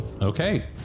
Okay